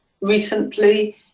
recently